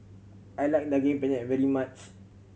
I like Daging Penyet very much